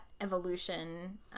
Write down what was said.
evolution